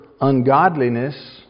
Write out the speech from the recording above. ungodliness